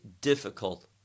difficult